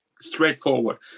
straightforward